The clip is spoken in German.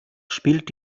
spielt